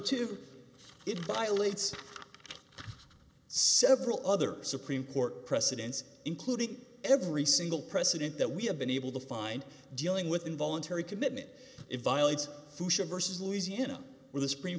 two it violates several other supreme court precedents including every single precedent that we have been able to find dealing with involuntary commitment it violates versus louisiana where the supreme